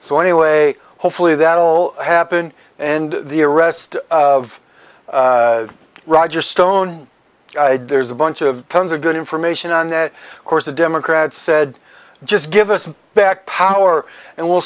so anyway hopefully that will happen and the arrest of roger stone there's a bunch of tons of good information on that course the democrats said just give us back power and w